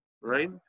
right